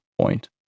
point